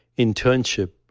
internship,